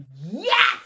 yes